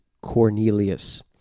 Cornelius